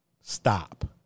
Stop